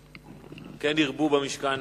כן ירבו במשכן